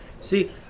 See